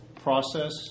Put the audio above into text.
process